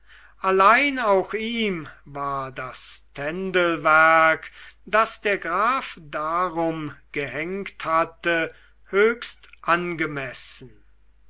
allein auch ihm war das tändelwerk das der graf darum gehängt hatte höchst angemessen